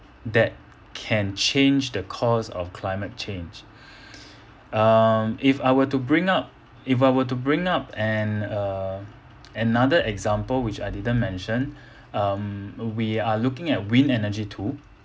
that can change the course of climate change um if I were to bring up if I were to bring up an uh another example which I didn't mention um we are looking at wind energy too